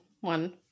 one